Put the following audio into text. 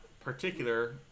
particular